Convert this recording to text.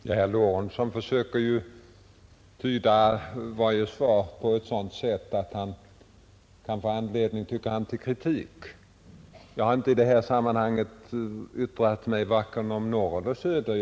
Herr talman! Herr Lorentzon försöker tyda varje svar på ett sådant sätt att han kan få anledning till kritik. I det här sammanhanget har jag inte yttrat mig om vare sig norr eller söder.